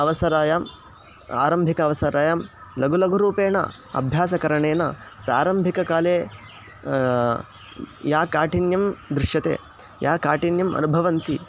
अवसरायाम् आरम्भिक अवसरायां लघुलघुरूपेण अभ्यासकरणेन प्रारम्भिककाले या काठिन्यं दृश्यते या काठिन्यम् अनुभवन्ति